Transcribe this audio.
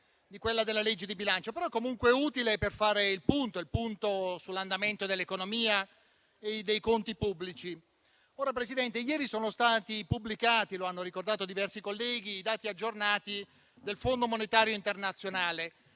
di quella sulla legge di bilancio, ma è comunque utile per fare il punto sull'andamento dell'economia e dei conti pubblici. Ieri sono stati pubblicati - lo hanno ricordato diversi colleghi - i dati aggiornati del Fondo monetario internazionale